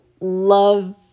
love